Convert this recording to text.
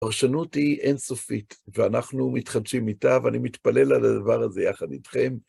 הפרשנות היא אינסופית, ואנחנו מתחדשים איתה, ואני מתפלל על הדבר הזה יחד איתכם.